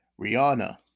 Rihanna